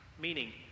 Meaning